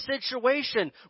situation